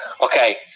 Okay